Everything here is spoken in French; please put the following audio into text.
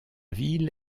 ville